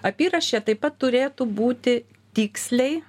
apyraše taip pat turėtų būti tiksliai